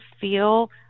feel